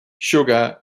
sugar